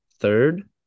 Third